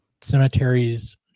Cemeteries